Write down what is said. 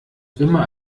immer